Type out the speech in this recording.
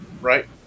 Right